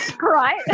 right